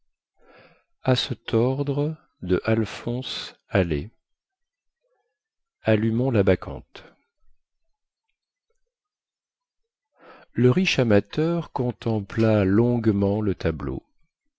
allumons la bacchante le riche amateur contempla longuement le tableau